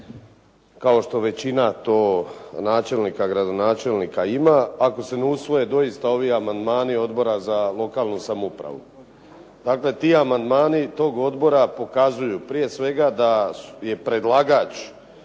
kao što većina to načelnika, gradonačelnika ima, ako se ne usvoje doista ovi amandmani Odbora za lokalnu samoupravu. Dakle, ti amandmani, toga odbora pokazuju prije svega da je predlagač